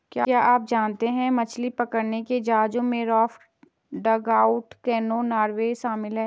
क्या आप जानते है मछली पकड़ने के जहाजों में राफ्ट, डगआउट कैनो, नावें शामिल है?